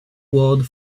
word